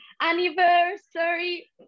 anniversary